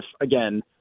again